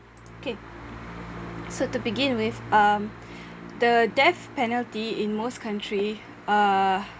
okay so to begin with um the death penalty in most country uh